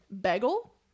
bagel